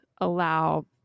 allow